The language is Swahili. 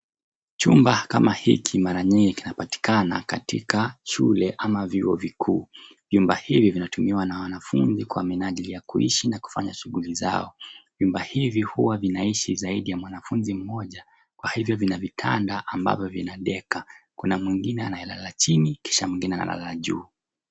Chumba kama hiki mara nyingi kinapatikana katika shule ama vyuo vikuu. vyumba hivi vinatumiwa na wanfunzi kwa minajili ya kuishi na kufanya shughuli zao. Vyumba hivi huwa vinaishi zaidi ya mwanafunzi mmoja. Kwa hivyo vina vitanda ambavyo vina deka. Kuna mwingine anayelala chini kisha mwingine analala juu.